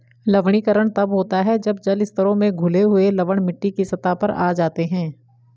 लवणीकरण तब होता है जब जल स्तरों में घुले हुए लवण मिट्टी की सतह पर आ जाते है